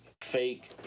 fake